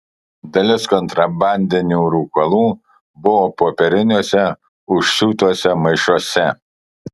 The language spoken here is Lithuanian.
dalis kontrabandinių rūkalų buvo popieriniuose užsiūtuose maišuose